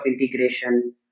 integration